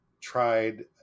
tried